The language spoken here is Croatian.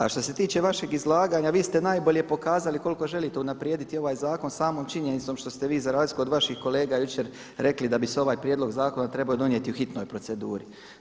A što se tiče vašeg izlaganja vi ste najbolje pokazali koliko želite unaprijediti ovaj zakon samom činjenicom što ste vi za razliku od vaših kolega jučer rekli da bi se ovaj prijedlog zakona trebao donijeti u hitnoj proceduri.